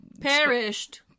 perished